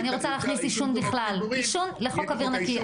אני רוצה להכניס עישון בכלל, לחוק אוויר נקי.